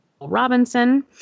Robinson